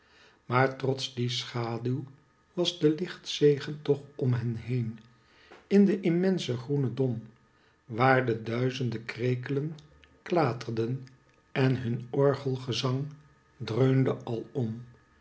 maar trots die schaduw was de lichtzegen toch om hen heen in den immensen groenen dom waar de duizende krekelen klaterden en hun orgelzang dreunde alom